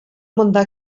монда